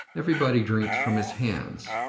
everybody drinks from his hands,